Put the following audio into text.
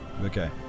Okay